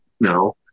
No